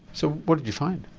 so what did you find?